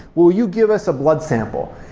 will you give us a blood sample?